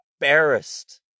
embarrassed